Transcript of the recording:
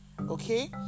Okay